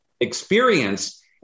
experience